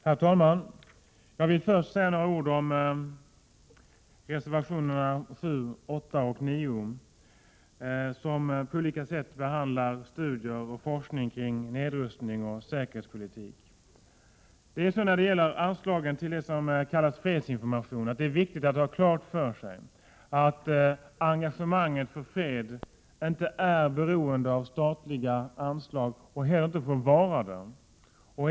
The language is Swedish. Herr talman! Jag vill först säga några ord om reservationerna 7, 8 och 9, som handlar om studier och forskning kring nedrustning och säkerhetspolitik. När det gäller anslaget för s.k. fredsinformation är det viktigt att ha klart för sig att engagemanget för fred inte är beroende av statliga anslag och heller inte får vara det.